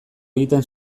egiten